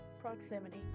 proximity